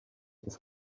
this